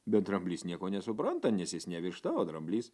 bet dramblys nieko nesupranta nes jis ne višta o dramblys